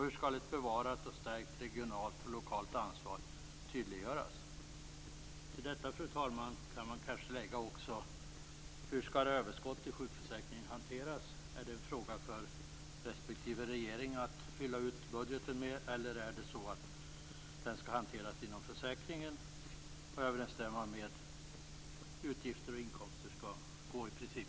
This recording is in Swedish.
Hur skall ett bevarat och stärkt regionalt och lokalt ansvar tydliggöras? Fru talman! Till detta kan man kanske också lägga hur överskottet i sjukförsäkringen skall hanteras. Skall respektive regering använda det för att fylla ut budgeten med eller skall det hanteras inom försäkringen så att utgifter och inkomster i princip skall gå jämt ut?